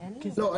לא,